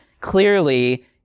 clearly